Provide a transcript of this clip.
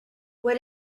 what